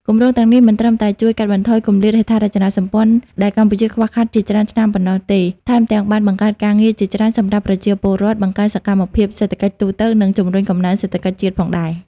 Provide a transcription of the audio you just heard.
គម្រោងទាំងនេះមិនត្រឹមតែជួយកាត់បន្ថយគម្លាតហេដ្ឋារចនាសម្ព័ន្ធដែលកម្ពុជាខ្វះខាតជាច្រើនឆ្នាំប៉ុណ្ណោះទេ ថែមទាំងបានបង្កើតការងារជាច្រើនសម្រាប់ប្រជាពលរដ្ឋ បង្កើនសកម្មភាពសេដ្ឋកិច្ចទូទៅ និងជំរុញកំណើនសេដ្ឋកិច្ចជាតិផងដែរ។